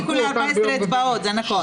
ברשימה המשותפת הבטיחו לי 14 אצבעות, זה נכון.